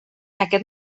aquest